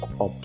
up